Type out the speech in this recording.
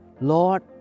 Lord